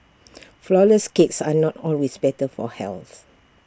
Flourless Cakes are not always better for health